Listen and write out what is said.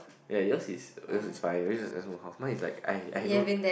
ya yours is yours is fine at least you just know half mine is like I I know